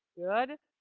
good.